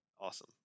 Awesome